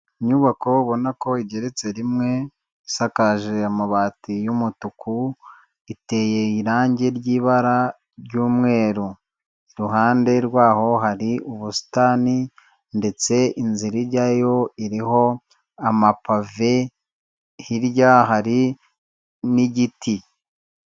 Inyubako ubona ko igeretse rimwe isakaje amabati y'umutuku iteye irangi ry'ibara ry'umweru, iruhande rwaho hari ubusitani ndetse inzira ijyayo iriho amapave hirya hari n'igiti.